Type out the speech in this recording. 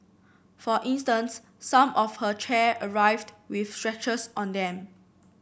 for instance some of her chair arrived with scratches on them